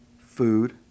food